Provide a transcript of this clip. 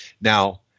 Now